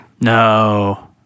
No